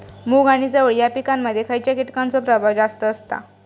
मूग आणि चवळी या पिकांमध्ये खैयच्या कीटकांचो प्रभाव जास्त असता?